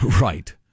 Right